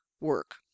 work